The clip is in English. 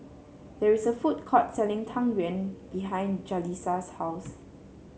there is a food court selling Tang Yuen behind Jaleesa's house